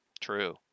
True